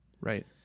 Right